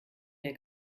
der